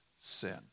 sin